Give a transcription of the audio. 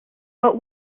but